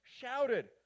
shouted